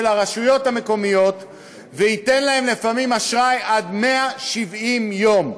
הרשויות המקומיות וייתן להם לפעמים אשראי עד 170 יום.